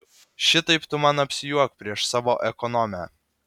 šitaip tu man apsijuok prieš savo ekonomę